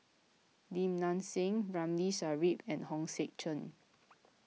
Lim Nang Seng Ramli Sarip and Hong Sek Chern